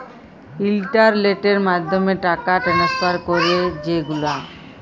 ইলটারলেটের মাধ্যমে টাকা টেনেসফার ক্যরি যে গুলা